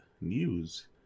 News